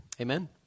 Amen